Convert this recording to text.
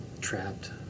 trapped